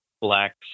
black